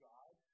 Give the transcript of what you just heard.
God